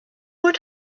would